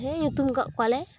ᱦᱮᱸ ᱧᱩᱛᱩᱢ ᱟᱠᱟᱫ ᱠᱚᱣᱟᱞᱮ